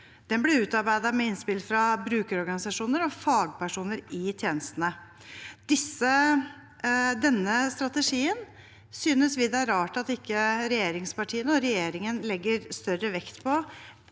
den ble utarbeidet med innspill fra brukerorganisasjoner og fagpersoner i tjenestene. Denne strategien synes vi det er rart at ikke regjeringspartiene og regjeringen legger større vekt på